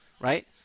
right